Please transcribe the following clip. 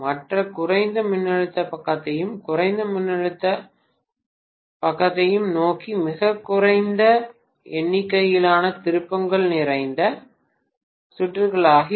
மற்ற குறைந்த மின்னழுத்த பக்கத்தையும் குறைந்த மின்னழுத்த பக்கத்தையும் நோக்கி மிகக் குறைந்த எண்ணிக்கையிலான திருப்பங்கள் திறந்த சுற்றுகளாக இருக்கும்